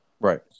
Right